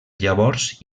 llavors